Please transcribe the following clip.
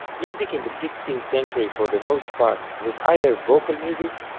music in the sixteenth century for the most part, was either vocal music,